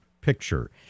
picture